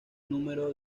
número